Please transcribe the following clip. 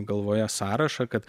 galvoje sąrašą kad